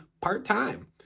part-time